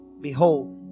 behold